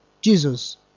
Jesus